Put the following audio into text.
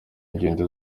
ingendo